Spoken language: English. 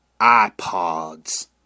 iPods